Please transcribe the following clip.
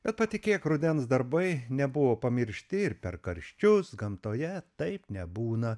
bet patikėk rudens darbai nebuvo pamiršti ir per karščius gamtoje taip nebūna